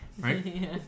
Right